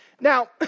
Now